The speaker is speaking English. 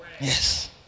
yes